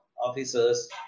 officers